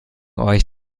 euch